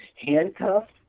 handcuffed